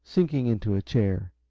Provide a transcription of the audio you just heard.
sinking into a chair.